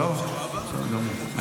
כן, כן.